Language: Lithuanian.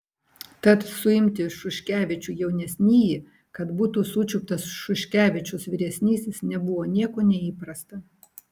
tad suimti šuškevičių jaunesnįjį kad būtų sučiuptas šuškevičius vyresnysis nebuvo nieko neįprasta